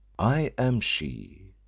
i am she.